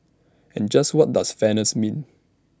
and just what does fairness mean